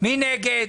מי נגד?